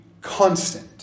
constant